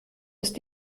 ist